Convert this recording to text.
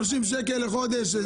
30 שקל לחודש.